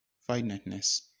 finiteness